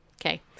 Okay